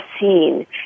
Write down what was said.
seen